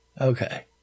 Okay